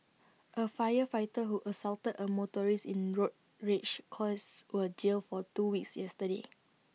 A firefighter who assaulted A motorist in road rage cause was jailed for two weeks yesterday